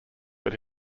but